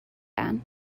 ann